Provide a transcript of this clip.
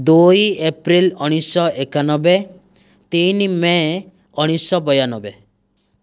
ଦୁଇ ଏପ୍ରିଲ ଉଣେଇଶହ ଏକାନବେ ତିନି ମେ ଉଣେଇଶହ ବୟାନବେ